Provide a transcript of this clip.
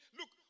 look